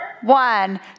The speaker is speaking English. one